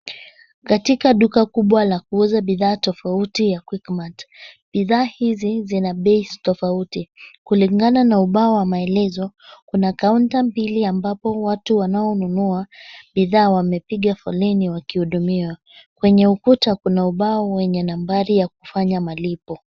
Katika duka kubwa la kuuza bidhaa tofauti ya Quickmart bidhaa hizi zina bei tofauti kulingana na ubao wa maelezo kuna counter mbili ambapo watu wanaonunua bidhaa wamepiga foleni wakihudumiwa kwenye ukuta kuna ubao wenye nambari ya kufanya malipo.